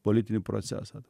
politinį procesą